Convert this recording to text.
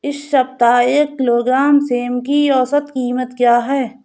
इस सप्ताह एक किलोग्राम सेम की औसत कीमत क्या है?